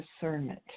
discernment